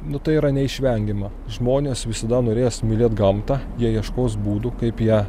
nu tai yra neišvengiama žmonės visada norės mylėt gamtą jie ieškos būdų kaip ją